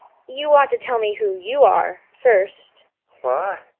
you ought to tell me who you are, first why?